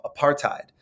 apartheid